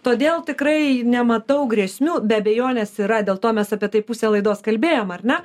todėl tikrai nematau grėsmių be abejonės yra dėl to mes apie tai pusę laidos kalbėjom ar ne